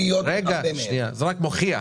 זה רק מוכיח